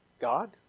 God